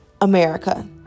America